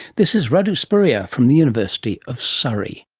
this is radu sporea from the university of surrey.